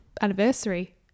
anniversary